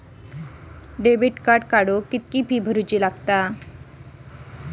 Debit card काढण्यासाठी किती fee भरावी लागते?